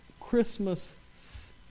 Christmas